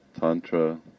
tantra